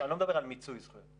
אני לא מדבר על מיצוי זכויות.